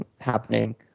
happening